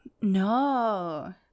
No